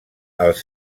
els